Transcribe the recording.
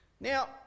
Now